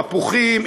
תפוחים,